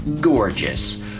gorgeous